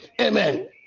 Amen